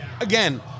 Again